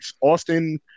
Austin